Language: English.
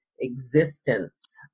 existence